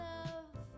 Love